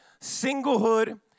singlehood